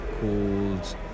called